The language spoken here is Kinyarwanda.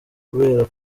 kubera